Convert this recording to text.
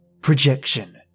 Projection